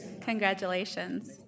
Congratulations